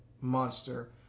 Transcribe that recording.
monster